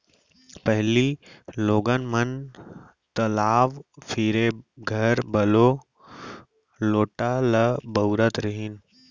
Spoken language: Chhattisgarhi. पहिली लोगन मन तलाव फिरे बर घलौ लोटा ल बउरत रहिन